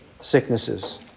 sicknesses